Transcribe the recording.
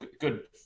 Good